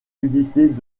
unités